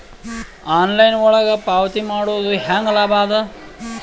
Online ಒಳಗ ಪಾವತಿ ಮಾಡುದು ಹ್ಯಾಂಗ ಲಾಭ ಆದ?